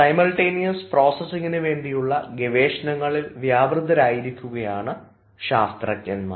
simultaneous processing വേണ്ടിയുള്ള ഗവേഷണങ്ങളിൽ വ്യാപൃതരായിരിക്കുകയാണ് ശാസ്ത്രജ്ഞൻമാർ